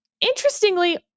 Interestingly